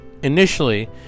Initially